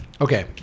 Okay